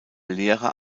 lehrer